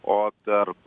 o tarp